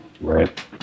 right